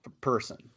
person